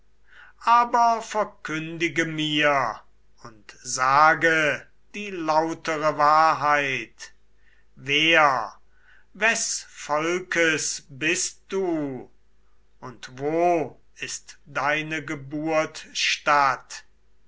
aber verkündige mir und sage die lautere wahrheit wer wes volkes bist du und wo ist deine geburtsstadt